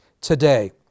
today